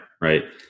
right